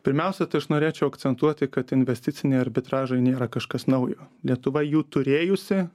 pirmiausia tai aš norėčiau akcentuoti kad investiciniai arbitražai nėra kažkas naujo lietuva jų turėjusi